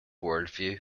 worldview